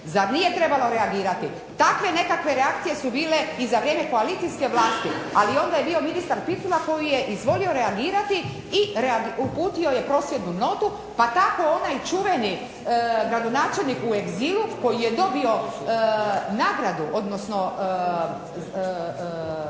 Zar nije trebalo reagirati? Takve nekakve reakcije su bile i za vrijeme koalicijske vlasti, ali onda je bio ministar Picula koji je izvolio reagirati i uputio je prosvjednu notu. Pa tako onaj čuveni gradonačelnik u egzilu koji je dobio nagradu, odnosno